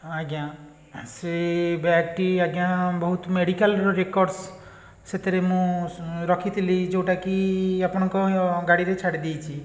ଆଜ୍ଞା ସେ ବ୍ୟାଗ୍ଟି ଆଜ୍ଞା ବହୁତ ମେଡ଼ିକାଲ୍ର ରେକର୍ଡସ୍ ସେଥିରେ ମୁଁ ସୁ ରଖିଥିଲି ଯେଉଁଟାକି ଆପଣଙ୍କ ଗାଡ଼ିରେ ଛାଡ଼ି ଦେଇଛି